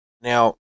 Now